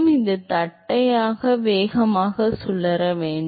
எனவே இது தட்டையான வேகமாக இருக்க வேண்டும்